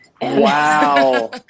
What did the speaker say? Wow